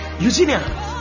Eugenia